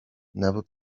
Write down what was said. never